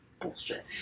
Bullshit